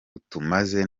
butameze